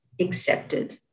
accepted